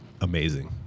amazing